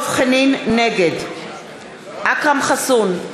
נגד אכרם חסון,